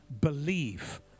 believe